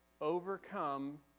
overcome